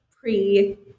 pre-